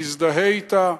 מזדהה אתה,